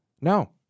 No